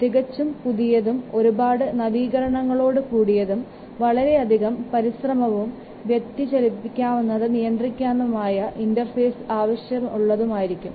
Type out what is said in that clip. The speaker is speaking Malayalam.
തികച്ചും പുതിയതും ഒരുപാട് നവീകരണങ്ങളോടു കൂടിയതും വളരെയധികം പരിശ്രമവും വ്യതിചലിപ്പിക്കാനാവാത്ത നിയന്ത്രണങ്ങളും ഇന്റർഫേസ് ആവശ്യകതകളും ഉണ്ടായിരിക്കും